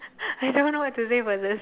I don't know what to say about this